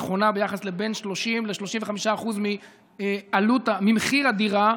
נכונה ביחס ל-30% 35% ממחיר הדירה,